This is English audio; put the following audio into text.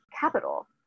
capital